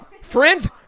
Friends